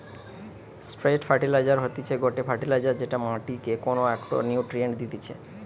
straight fertiliser হতিছে গটে fertiliser যেটা মাটিকে কোনো একটো নিউট্রিয়েন্ট দিতেছে